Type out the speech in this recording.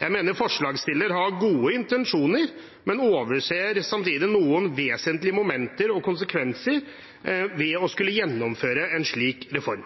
Jeg mener forslagsstiller har gode intensjoner, men at man samtidig overser noen vesentlige momenter og konsekvenser ved å skulle gjennomføre en slik reform.